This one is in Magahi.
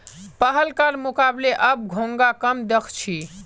पहलकार मुकबले अब घोंघा कम दख छि